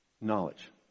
knowledge